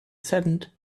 saddened